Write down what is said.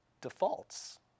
defaults